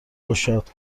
گشاد